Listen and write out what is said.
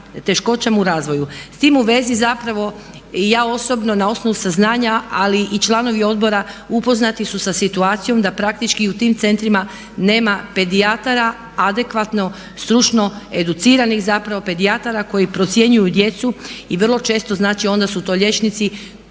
teškoćama u razvoju. S tim u vezi zapravo i ja osobno na osnovu saznanja, ali i članovi Odbora upoznati su sa situacijom da praktički u tim centrima nema pedijatara adekvatno stručno educiranih zapravo pedijatara koji procjenjuju djecu i vrlo često, znači onda su to liječnici